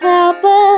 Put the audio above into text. Papa